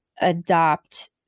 adopt